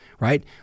right